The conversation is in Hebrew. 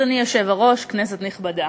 אדוני היושב-ראש, כנסת נכבדה,